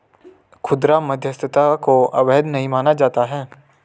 खुदरा मध्यस्थता को अवैध नहीं माना जाता है